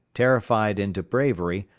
terrified into bravery,